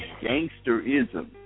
gangsterism